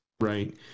right